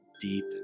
deep